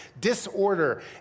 disorder